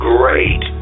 Great